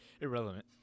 irrelevant